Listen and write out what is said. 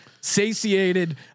satiated